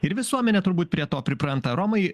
ir visuomenė turbūt prie to pripranta romai